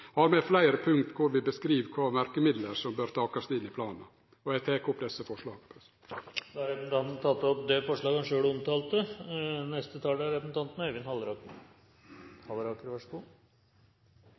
har med fleire punkt der vi beskriv kva for virkemiddel som bør takast inn i planen. Eg tek opp desse forslaga. Representanten Åge Starheim har tatt opp de forslagene som han